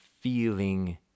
feeling